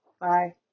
Bye